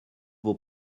vos